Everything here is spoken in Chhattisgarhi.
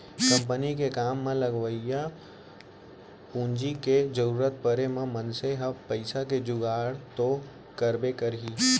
कंपनी के काम म लगवइया पूंजी के जरूरत परे म मनसे ह पइसा के जुगाड़ तो करबे करही